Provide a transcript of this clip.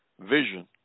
vision